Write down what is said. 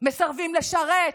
מסרבים לשרת.